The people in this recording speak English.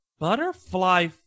Butterfly